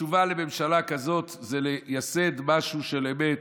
התשובה לממשלה כזאת היא לייסד משהו של אמת,